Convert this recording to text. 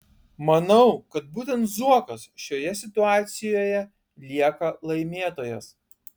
manau kad būtent zuokas šioje situacijoje lieka laimėtojas